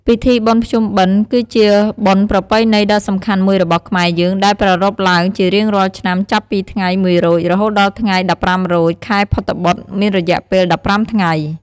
ពិធីបុណ្យភ្ជុំបិណ្ឌ គឺជាបុណ្យប្រពៃណីដ៏សំខាន់មួយរបស់ខ្មែរយើង ដែលប្រារព្ធឡើងជារៀងរាល់ឆ្នាំចាប់ពីថ្ងៃ ១រោច រហូតដល់ថ្ងៃ ១៥រោច ខែភទ្របទមានរយៈពេល ១៥ថ្ងៃ។